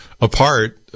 apart